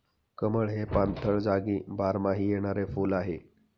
कमळ हे पाणथळ जागी बारमाही येणारे फुल आहे